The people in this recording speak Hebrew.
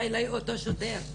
בא אליי אותו שוטר.